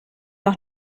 doch